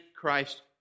Christ